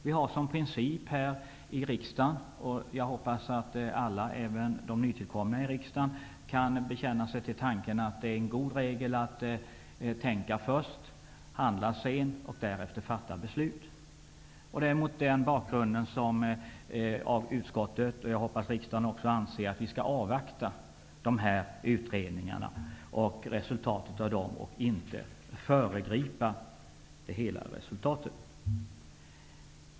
Vi har såsom princip här i riksdagen att avvakta resultatet av utredningar. Jag hoppas att även de nytillkomna riksdagsledamöterna kan bekänna sig till tanken att det är en god regel att tänka först, handla sedan och därefter fatta beslut. Mot den bakgrunden anser utskottet -- och jag hoppas även riksdagen -- att vi skall avvakta dessa utredningars och inte föregripa deras resultat.